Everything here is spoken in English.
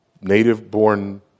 native-born